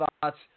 thoughts